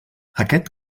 aquest